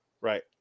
Right